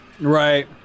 Right